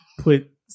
put